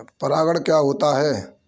परागण क्या होता है?